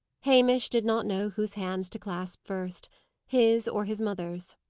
hamish did not know whose hands to clasp first his, or his mother's.